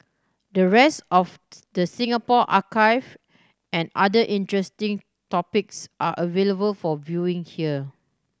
the rest of the Singapore archive and other interesting topics are available for viewing here